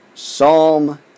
Psalm